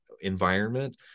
environment